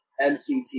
MCT